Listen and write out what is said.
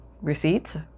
receipts